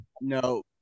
no